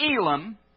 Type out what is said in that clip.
Elam